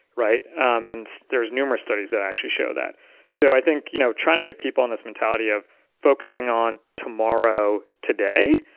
right? and there's numerous studies that actually show that so i think you know trying to get people in this mentality of focusing on tomorrow, today,